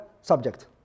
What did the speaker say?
subject